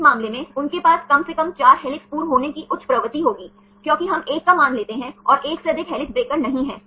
इस मामले में उनके पास कम से कम 4 हेलिक्स पूर्व होने की उच्च प्रवृत्ति होगी क्योंकि हम 1 का मान लेते हैं और 1 से अधिक हेलिक्स ब्रेकर नहीं है